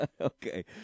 Okay